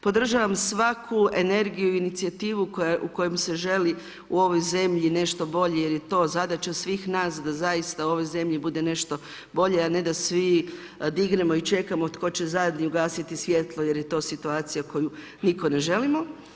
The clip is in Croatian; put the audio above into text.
Podržavam svaku energiju i inicijativu u kojoj se želi u ovoj zemlji nešto bolje jer je to zadaća svih nas da zaista u ovoj zemlji bude nešto bolje a ne da svi dignemo i čekamo tko će zadnji ugasiti svjetlo jer je to situacija koju nitko ne želimo.